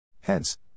Hence